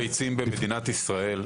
מסכים שמצב הביצים במדינת ישראל,